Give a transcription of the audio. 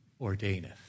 ordaineth